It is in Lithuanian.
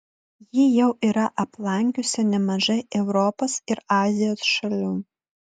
ji jau yra aplankiusi nemažai europos ir azijos šalių